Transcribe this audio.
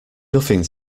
nothing